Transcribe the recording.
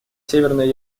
северной